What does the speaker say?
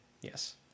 Yes